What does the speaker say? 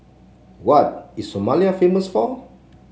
what is Somalia famous for